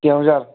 Keonjhar